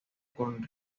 con